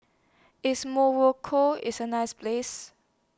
IS Morocco IS A nice Place